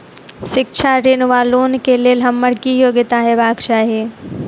शिक्षा ऋण वा लोन केँ लेल हम्मर की योग्यता हेबाक चाहि?